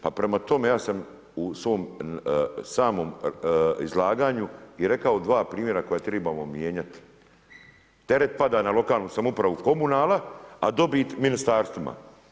Pa prema tome ja sam u svom samom izlaganju i rekao dva primjera koja tribamo mijenjati, teret pada na lokalnu samoupravu komunala, a dobit ministarstvima.